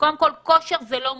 קודם כול, כושר זה לא מותרות,